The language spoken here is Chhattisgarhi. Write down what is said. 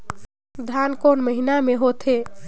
धान कोन महीना मे होथे?